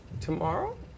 tomorrow